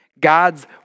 God's